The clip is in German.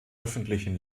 öffentlichen